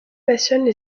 passionnent